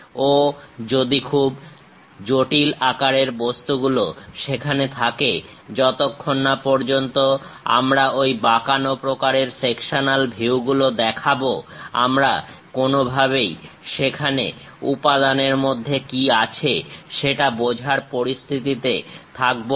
ও যদি খুব জটিল আকারের বস্তুগুলো সেখানে থাকে যতক্ষণ না পর্যন্ত আমরা ওই বাঁকানো প্রকারের সেকশনাল ভিউগুলো দেখাবো আমরা কোনভাবেই সেখানে উপাদানের মধ্যে কি আছে সেটা বোঝার পরিস্থিতিতে থাকবো না